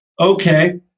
okay